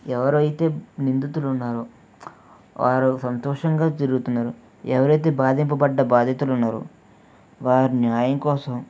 ఎవరైతే నిందితుడు ఉన్నారో వారు సంతోషంగా తిరుగుతున్నారు ఎవరైతే బాధింపబడ్డ బాధితులు ఉన్నారో వారు న్యాయం కోసం